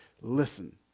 Listen